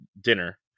dinner